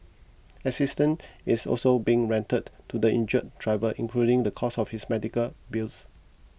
assistance is also being rendered to the injured driver including the cost of his medical bills